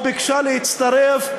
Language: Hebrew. או ביקשה להצטרף,